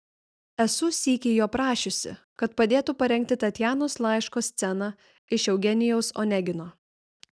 esu sykį jo prašiusi kad padėtų parengti tatjanos laiško sceną iš eugenijaus onegino